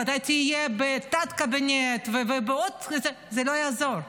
ואתה תהיה בתת-קבינט, זה לא יעזור,